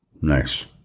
Nice